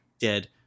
dead